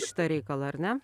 šitą reikalą ar ne